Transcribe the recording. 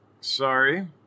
sorry